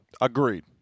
Agreed